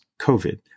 covid